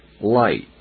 light